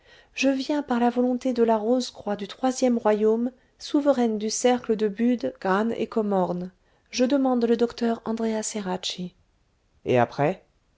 je viens par la volonté de la rose-croix du troisième royaume souveraine du cercle de bude gran et comorn je demande le dr andréa ceracchi et après